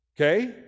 okay